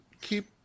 Keep